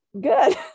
good